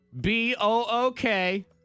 B-O-O-K